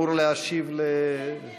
אני מתכבד להזמין את חברת הכנסת מירב בן ארי.